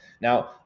now